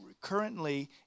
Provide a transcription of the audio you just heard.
currently